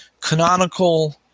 Canonical